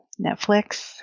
Netflix